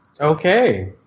Okay